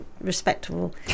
respectable